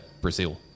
brazil